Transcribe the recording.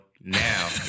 now